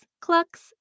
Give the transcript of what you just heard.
clucks